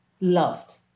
loved